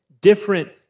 Different